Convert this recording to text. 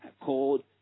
called